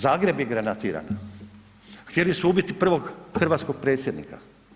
I Zagreb je granatiran, htjeli su ubiti prvog hrvatskog predsjednika.